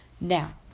Now